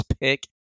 pick